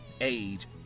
age